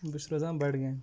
بہٕ چھُس روزان بَڈگامہِ